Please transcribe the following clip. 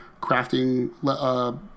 crafting